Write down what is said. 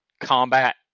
combat